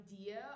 idea